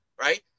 right